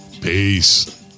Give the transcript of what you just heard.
Peace